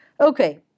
Okay